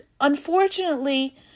unfortunately